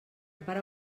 pare